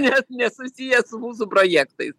net nesusiję su mūsų projektais